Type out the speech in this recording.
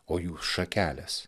o jūs šakelės